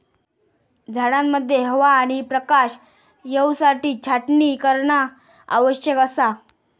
झाडांमध्ये हवा आणि प्रकाश येवसाठी छाटणी करणा आवश्यक असा